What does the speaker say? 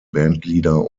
bandleader